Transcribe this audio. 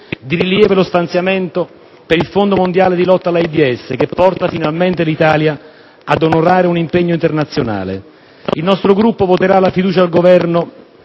Di rilievo è lo stanziamento per il Fondo mondiale di lotta all'AIDS, che porta finalmente l'Italia ad onorare un impegno internazionale. Il nostro Gruppo voterà la fiducia al Governo